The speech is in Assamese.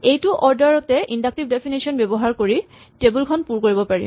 এইটো অৰ্ডাৰ তে ইন্ডাক্টিভ ডেফিনেচন ব্যৱহাৰ কৰি এই টেবল খন পুৰ কৰিব পাৰিম